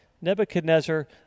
Nebuchadnezzar